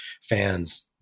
fans